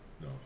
No